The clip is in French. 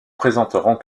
présenterons